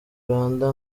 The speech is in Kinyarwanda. rwanda